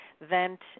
vent